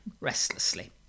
restlessly